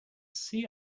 see